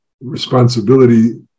responsibility